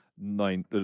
nine